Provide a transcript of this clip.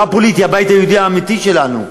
לא הפוליטי, הבית היהודי האמיתי שלנו,